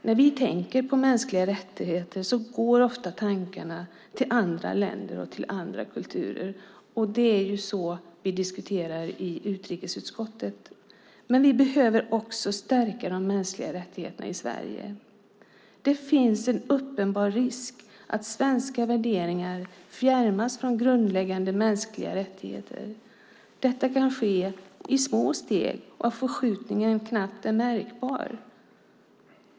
När vi tänker på mänskliga rättigheter går tankarna ofta till andra länder och kulturer, och det är så vi diskuterar i utrikesutskottet. Vi behöver dock stärka de mänskliga rättigheterna också i Sverige. Det finns en uppenbar risk att svenska värderingar fjärmas från grundläggande mänskliga rättigheter. Detta kan ske i så små steg att förskjutningen knappt är märkbar.